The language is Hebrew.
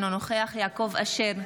אינו נוכח יעקב אשר,